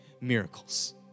miracles